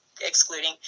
excluding